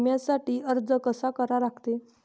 बिम्यासाठी अर्ज कसा करा लागते?